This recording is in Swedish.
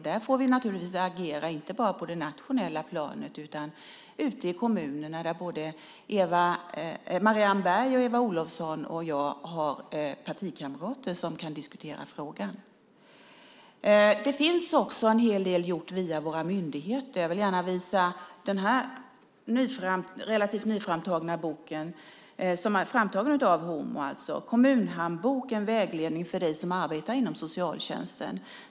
Vi får naturligtvis agera, inte bara på det nationella planet utan ute i kommunerna där både Marianne Berg, Eva Olofsson och jag har partikamrater som kan diskutera frågan. Det finns också en hel del gjort via våra myndigheter. Jag vill gärna visa den här relativt nya boken som är framtagen av HomO: Kommunhandbok - en vägledning för dig som arbetar inom socialtjänsten .